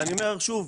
אני אומר שוב,